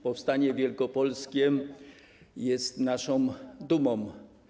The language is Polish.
Powstanie wielkopolskie jest naszą dumą.